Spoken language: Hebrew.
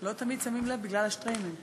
לא תמיד שמים לב בגלל השטריימל.